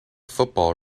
football